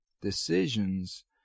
decisions